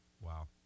Wow